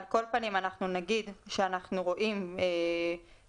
על כל פנים אנחנו נגיד שאנחנו רואים בעצם